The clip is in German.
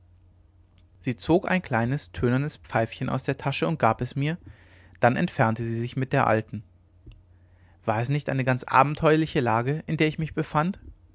sie zog ein kleines tönernes pfeifchen aus der tasche und gab es mir dann entfernte sie sich mit der alten war es nicht eine ganz abenteuerliche lage in der ich mich befand